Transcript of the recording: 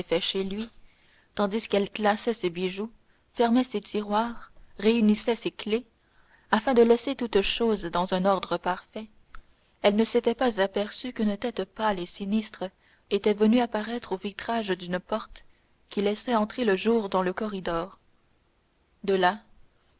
chez lui tandis qu'elle classait ses bijoux fermait ses tiroirs réunissait ses clefs afin de laisser toutes choses dans un ordre parfait elle ne s'était pas aperçue qu'une tête pâle et sinistre était venue apparaître au vitrage d'une porte qui laissait entrer le jour dans le corridor de là